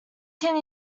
can